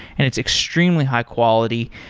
and it's extremely high quality.